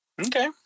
Okay